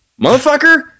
motherfucker